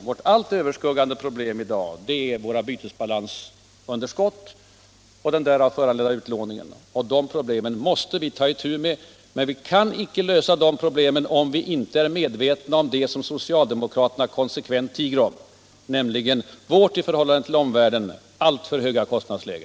Vårt allt överskuggande problem i dag är våra bytesbalansunderskott och den därav föranledda upplåningen. Det problemet måste vi ta itu med. Men vi kan icke lösa det om vi inte är medvetna om det som socialdemokraterna konsekvent tiger om, nämligen vårt i förhållande till omvärlden alltför höga kostnadsläge.